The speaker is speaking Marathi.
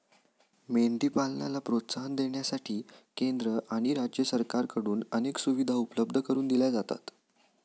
मेंढी पालनाला प्रोत्साहन देण्यासाठी केंद्र आणि राज्य सरकारकडून अनेक सुविधा उपलब्ध करून दिल्या जातात